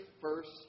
first